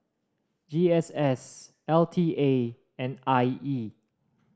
G S S L T A and I E